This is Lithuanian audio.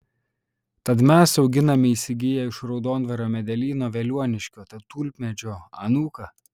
tad mes auginame įsigiję iš raudondvario medelyno veliuoniškio tulpmedžio anūką